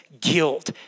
guilt